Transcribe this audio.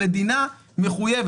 המדינה מחויבת.